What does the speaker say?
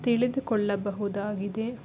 ತಿಳಿದುಕೊಳ್ಳಬಹುದಾಗಿದೆ